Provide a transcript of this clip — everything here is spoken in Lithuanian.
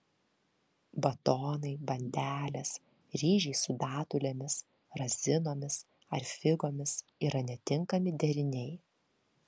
batonai bandelės ryžiai su datulėmis razinomis ar figomis yra netinkami deriniai